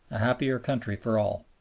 a happier country for all.